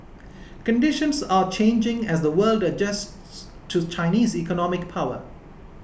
conditions are changing as the world adjusts to Chinese economic power